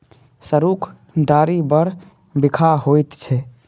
सरुक डारि बड़ बिखाह होइत छै